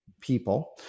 people